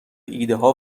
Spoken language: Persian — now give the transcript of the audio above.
ایدهها